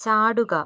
ചാടുക